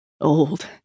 Old